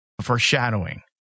foreshadowing